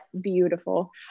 Beautiful